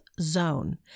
zone